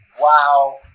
wow